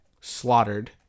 slaughtered